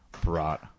brought